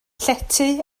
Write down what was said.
llety